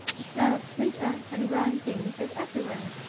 the smell of sweet earth and growing things is everywhere.